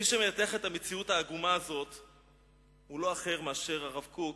מי שמנתח את המציאות העגומה הזאת הוא לא אחר מאשר הרב קוק,